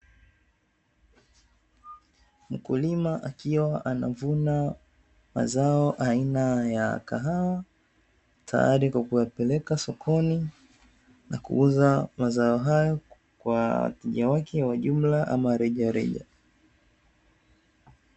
Mkulima akiwa anavuna mazao aina ya kahawa, tayari kwa kupelekwa sokoni na kuuza mazao hayo, kwa wateja wake wa jumla ama rejareja.